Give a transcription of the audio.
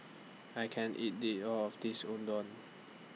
I can't eat They All of This Unadon